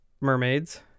mermaids